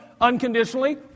unconditionally